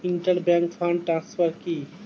Inter bank fund transfer কি?